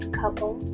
couple